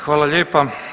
Hvala lijepa.